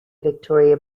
victoria